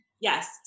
Yes